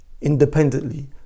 independently